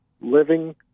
living